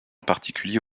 particulier